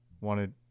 wanted